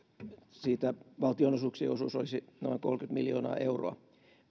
siitä valtionosuuksien osuus olisi noin kolmekymmentä miljoonaa euroa